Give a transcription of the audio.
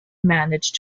manage